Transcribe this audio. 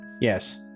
Yes